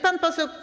Pan poseł.